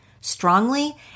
strongly